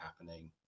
happening